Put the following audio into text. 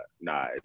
nah